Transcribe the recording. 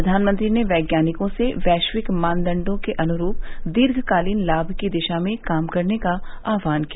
प्रधानमंत्री ने वैज्ञानिकों से वैश्विक मानदंडों के अनुरूप दीर्घकालीन लाभ की दिशा में काम करने का आह्वान किया